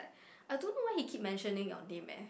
I don't know why he keep mentioning your name eh